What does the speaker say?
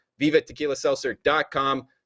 VivaTequilaSeltzer.com